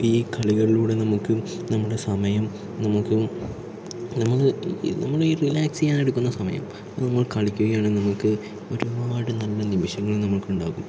ഈ കളികളിലൂടെ നമ്മൾക്ക് നമ്മുടെ സമയം നമുക്കും നമുക്ക് നമ്മൾ ഈ റിലാക്സ് ചെയ്യാനെടുക്കുന്ന സമയം അത് നമ്മൾ കളിക്കുകയാണെങ്കിൽ നമുക്ക് ഒരുപാട് നല്ല നിമിഷങ്ങൾ നമ്മൾക്ക് ഉണ്ടാകും